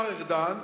השר ארדן,